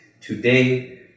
Today